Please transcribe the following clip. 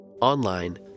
online